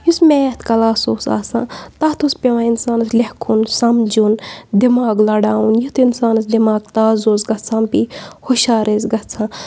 یُس math class اوس آسان تَتھ اوس پٮ۪وان اِنسانَس لٮ۪کھُن سَمجُن دِماغ لَڑاوُن یُتھ اِنسانَس دٮ۪ماغ تازٕ اوس گَژھان بیٚیہِ ہُشار ٲسۍ گَژھان